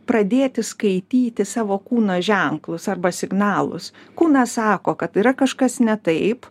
pradėti skaityti savo kūno ženklus arba signalus kūnas sako kad yra kažkas ne taip